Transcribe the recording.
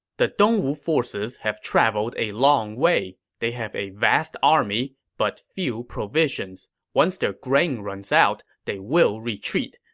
the dongwu forces have traveled a long way. they have a vast army but few provisions. once their grain runs out, they will retreat.